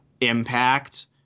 impact